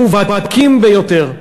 המובהקים ביותר.